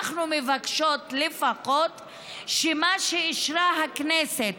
אנחנו מבקשות לפחות את מה שאישרה הכנסת